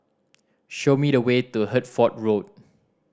show me the way to Hertford Road